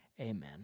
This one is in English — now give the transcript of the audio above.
Amen